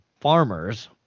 farmers